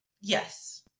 Yes